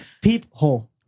peephole